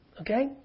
Okay